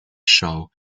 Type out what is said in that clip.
show